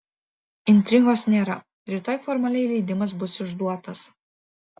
intrigos nėra rytoj formaliai leidimas bus išduotas